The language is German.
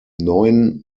neuen